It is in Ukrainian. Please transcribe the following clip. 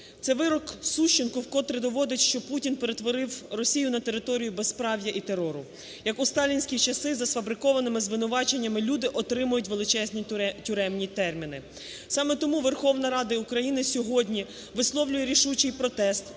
Цей вирок Сущенку вкотре доводить, що Путін перетворив Росію на територію безправ'я і терору. Як у сталінські часи, за сфабрикованими звинуваченнями люди отримують величезні тюремні терміни. Саме тому Верховна Рада України сьогодні висловлює рішучий протест